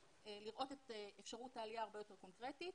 לראות את אפשרות העלייה הרבה יותר קונקרטית.